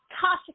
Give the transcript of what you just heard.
Tasha